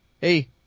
Hey